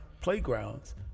playgrounds